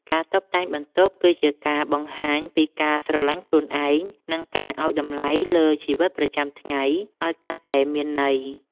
ការតុបតែងបន្ទប់គឺជាការបង្ហាញពីការស្រឡាញ់ខ្លួនឯង និងការឱ្យតម្លៃលើជីវិតប្រចាំថ្ងៃឱ្យកាន់តែមានអត្ថន័យ។